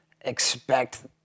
expect